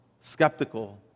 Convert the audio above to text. skeptical